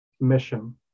mission